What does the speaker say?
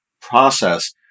process